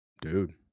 Dude